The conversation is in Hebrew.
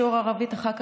שיעור ערבית אחר כך,